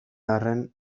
arren